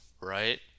right